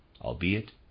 albeit